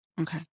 Okay